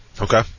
Okay